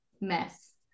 mess